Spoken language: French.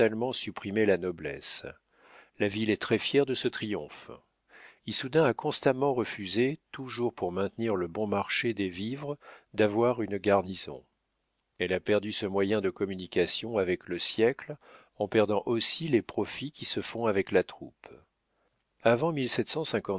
supprimé la noblesse la ville est très fière de ce triomphe issoudun a constamment refusé toujours pour maintenir le bon marché des vivres d'avoir une garnison elle a perdu ce moyen de communication avec le siècle en perdant aussi les profits qui se font avec la troupe